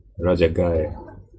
Rajagaya